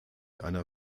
einer